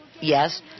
yes